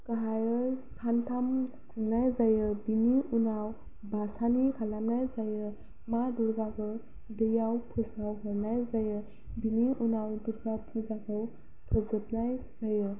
गाहायै सानथाम खुंनाय जायो बिनि उनाव भासानि खालामनाय जायो मा दुर्गाखौ दैयाव फोजाव हरनाय जायो बिनि उनाव दुर्गा फुजाखौ फोजोबनाय जायो